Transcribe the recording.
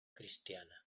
cristiana